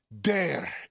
Dare